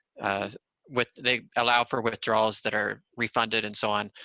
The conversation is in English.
ah with they allow for withdrawals that are refunded and so on.